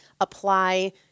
apply